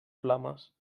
flames